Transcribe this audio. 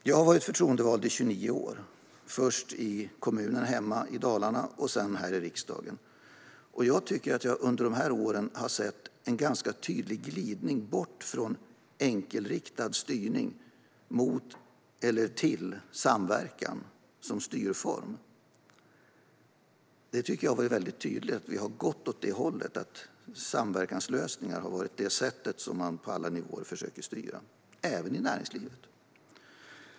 Jag har varit förtroendevald i 29 år, först i kommunen hemma i Dalarna och sedan här i riksdagen, och jag tycker att jag under dessa år har sett en ganska tydlig glidning bort från enkelriktad styrning mot, eller till, samverkan som styrform. Jag tycker att det har varit tydligt att vi har gått åt det hållet att samverkanslösningar har varit det sätt som man på alla nivåer försöker styra på, även i näringslivet.